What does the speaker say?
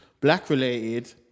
black-related